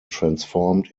transformed